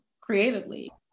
creatively